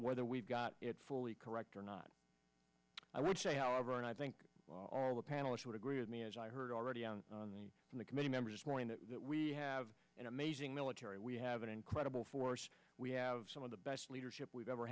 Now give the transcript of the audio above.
whether we've got it fully correct or not i would say however and i think all the panelists would agree with me as i heard already on the on the committee members knowing that we have an amazing military we have an incredible force we have some of the best leadership we've ever